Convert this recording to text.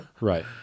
Right